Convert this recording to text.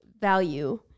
value